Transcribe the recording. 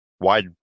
wide